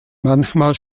manchmal